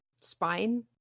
spine